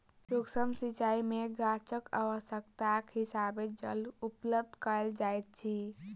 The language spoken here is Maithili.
सुक्ष्म सिचाई में गाछक आवश्यकताक हिसाबें जल उपलब्ध कयल जाइत अछि